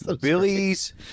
Billy's